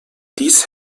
dies